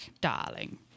darling